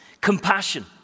Compassion